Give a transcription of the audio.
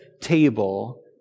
table